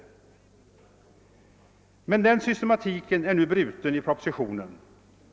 Den systematiken är nu bruten i propositionen.